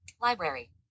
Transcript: Library